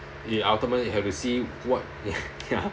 eh ultimately have to see what ya